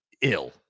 ill